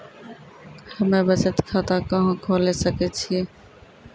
हम्मे बचत खाता कहां खोले सकै छियै?